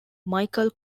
michael